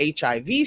HIV